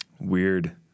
Weird